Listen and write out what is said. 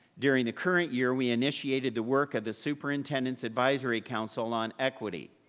during the current year, we initiated the work of the superintendent's advisory council on equity.